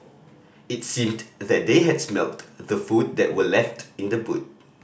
it seemed that they had smelt the food that were left in the boot